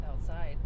outside